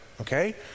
Okay